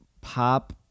pop